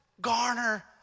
garner